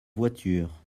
voiture